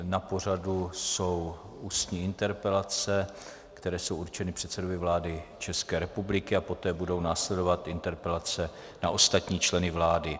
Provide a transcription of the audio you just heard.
Na pořadu jsou ústní interpelace, které jsou určeny předsedovi vlády ČR a poté budou následovat interpelace na ostatní členy vlády.